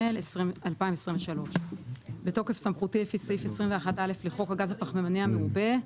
התשפ"ג-2023 בתוקף סמכותי לפי סעיף 21(א) לחוק הגז הפחמימני המעובה,